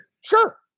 Sure